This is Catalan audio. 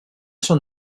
són